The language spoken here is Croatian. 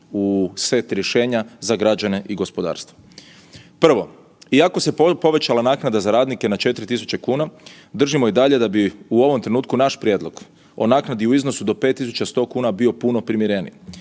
u set rješenja za građane i gospodarstvenike. Prvo, iako se povećala naknada za radnike na 4.000 kuna držimo i dalje da bi u ovom trenutku naš prijedlog o naknadi u iznosu do 5.100 kuna bio puno primjereniji.